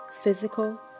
physical